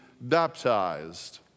baptized